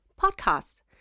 podcasts